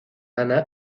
ana